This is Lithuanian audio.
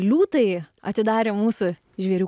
liūtai atidarė mūsų žvėrių